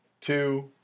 two